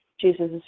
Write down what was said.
Jesus